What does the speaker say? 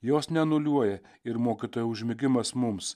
jos neanuliuoja ir mokytojo užmigimas mums